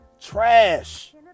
Trash